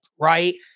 right